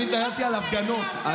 אני התנגדתי להפגנות.